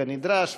כנדרש,